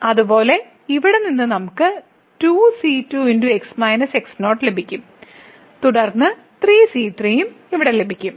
അതുപോലെ ഇവിടെ നിന്ന് നമുക്ക് ലഭിക്കും തുടർന്ന് 3c3 ഉം ഇവിടെയും ലഭിക്കും